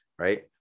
right